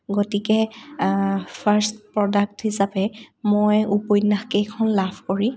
গতিকে first product হিচাপে মই উপন্যাসকেইখন লাভ কৰি